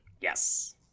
Yes